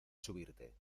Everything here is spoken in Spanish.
subirte